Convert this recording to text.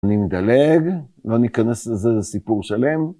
אני מדלג, ואני אכנס לזה לסיפור שלם.